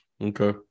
okay